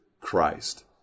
Christ